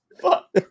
fuck